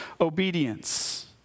obedience